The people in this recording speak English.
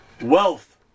wealth